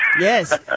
Yes